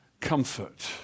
comfort